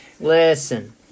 listen